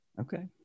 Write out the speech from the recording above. Okay